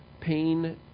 pain